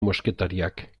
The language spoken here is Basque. mosketariak